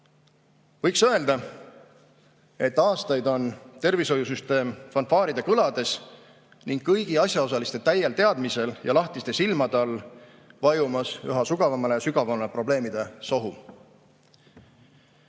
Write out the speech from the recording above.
Võiks öelda, et aastaid on tervishoiusüsteem fanfaaride kõlades ning kõigi asjaosaliste täiel teadmisel ja lahtiste silmade all vajumas üha sügavamale ja sügavamale probleemide sohu.